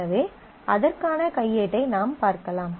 எனவே அதற்கான கையேட்டை நாம் பார்க்கலாம்